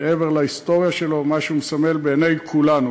מעבר להיסטוריה שלו ומה שהוא מסמל בעיני כולנו,